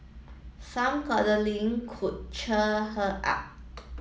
some cuddling could cheer her up